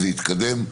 זה התקדם.